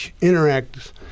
interact